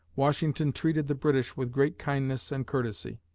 washington treated the british with great kindness and courtesy.